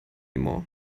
more